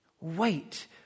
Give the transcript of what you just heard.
wait